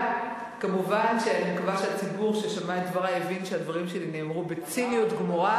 אני מקווה שהציבור ששמע את דברי הבין שהדברים שלי נאמרו בציניות גמורה,